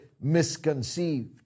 misconceived